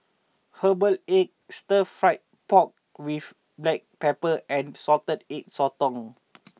Herbal Egg Stir Fried Pork with Black Pepper and Salted Egg Sotong